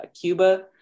Cuba